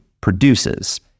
produces